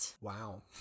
Wow